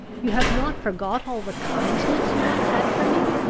you have not forgot all the kindness you once had for me?